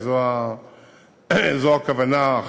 וזו אכן הכוונה.